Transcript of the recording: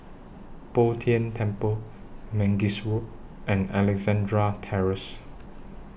Bo Tien Temple Mangis Road and Alexandra Terrace